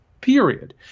Period